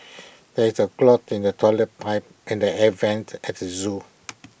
there is A clog in the Toilet Pipe and the air Vents at the Zoo